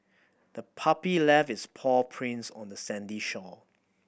the puppy left its paw prints on the sandy shore